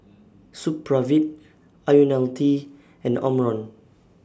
Supravit Ionil T and Omron